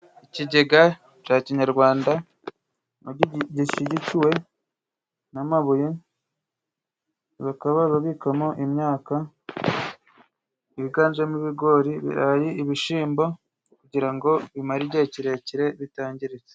Ikigega ca kinyarwanda gishigikiwe n'amabuye, bakaba barabikamo imyaka yiganjemo: ibigori, ibirayi, ibishimbo kugira ngo bimare igihe kirekire bitangiritse.